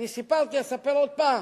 אני סיפרתי, אספר עוד פעם: